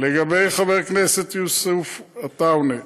לגבי חבר הכנסת יוסף עטאונה,